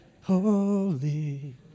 Holy